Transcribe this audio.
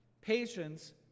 Patience